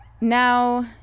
Now